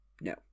No